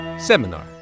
Seminar